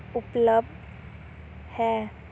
ਉਪਲੱਬਧ ਹੈ